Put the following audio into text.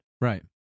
Right